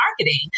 marketing